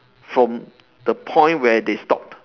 from the point where they stopped